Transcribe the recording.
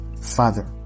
Father